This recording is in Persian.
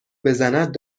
بزند